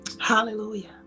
Hallelujah